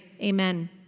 amen